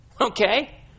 Okay